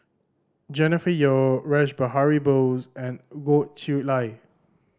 Jennifer Yeo Rash Behari Bose and Goh Chiew Lye